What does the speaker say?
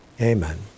Amen